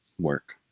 work